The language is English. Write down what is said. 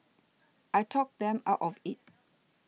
I talked them out of it